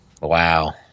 Wow